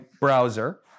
browser